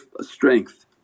strength